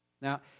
Now